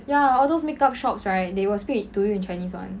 ya all those make up shop right will speak to you in chinese [one]